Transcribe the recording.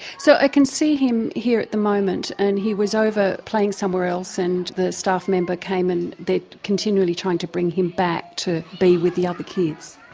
so i can see him here at the moment and he was over playing somewhere else and the staff member came and they are continually trying to bring him back to be with the other kids.